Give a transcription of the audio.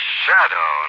shadow